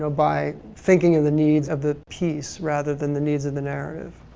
so by thinking of the needs of the piece rather than the needs of the narrative.